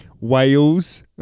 Wales